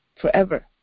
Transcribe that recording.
forever